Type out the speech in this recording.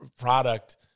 product